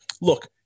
look